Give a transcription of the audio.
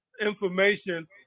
information